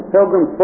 Pilgrim